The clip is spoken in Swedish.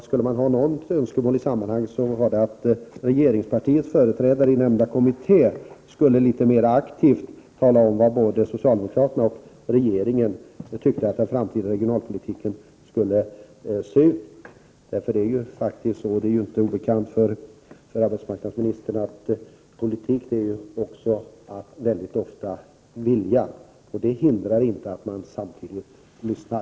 Skulle man ha något önskemål i sammanhanget vore det att regeringspartiets företrädare i nämnda kommitté skulle litet mera aktivt tala om hur både socialdemokraterna och regeringen tycker att den framtida regionalpolitiken skall se ut. Det är faktiskt så — det är inte obekant för arbetsmarknadsministern — att politik också väldigt ofta är att vilja. Det hindrar inte att man samtidigt lyssnar.